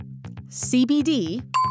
CBD